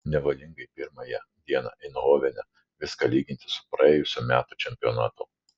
nevalingai pirmąją dieną eindhovene viską lygini su praėjusių metų čempionatu